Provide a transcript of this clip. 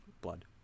blood